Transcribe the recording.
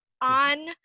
on